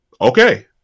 okay